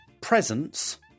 presents